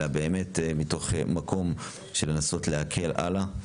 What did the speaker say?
אלא באמת מתוך מקום של לנסות להקל הלאה.